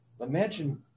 imagine